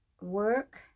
work